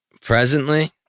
Presently